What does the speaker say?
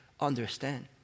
understand